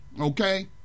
okay